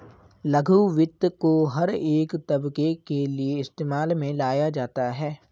लघु वित्त को हर एक तबके के लिये इस्तेमाल में लाया जाता है